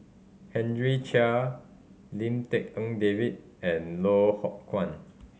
Henry Chia Lim Tek En David and Loh Ho Kwan